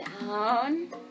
down